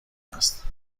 است